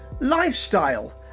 lifestyle